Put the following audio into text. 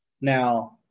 Now